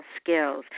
skills